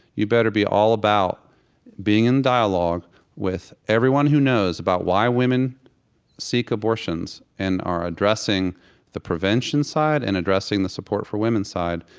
you better be all about being in a dialogue with everyone who knows about why women seek abortions and are addressing the prevention side and addressing the support for women side.